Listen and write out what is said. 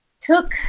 took